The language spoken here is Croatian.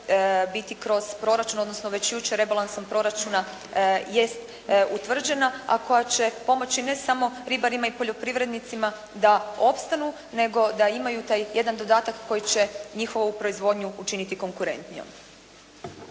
biti kroz proračun, odnosno već jučer rebalansom proračuna, jest utvrđena, a koja će pomoći ne samo ribarima i poljoprivrednicima da opstanu, nego da imaju taj jedan dodatak koji će njihovu proizvodnju učiniti konkurentnijom.